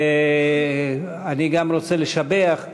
אני גם רוצה לשבח,